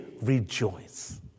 rejoice